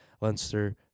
Leinster